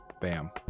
bam